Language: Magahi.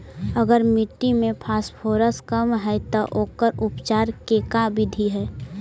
अगर मट्टी में फास्फोरस कम है त ओकर उपचार के का बिधि है?